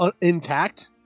intact